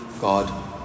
God